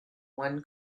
one